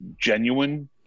genuine